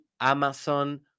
Amazon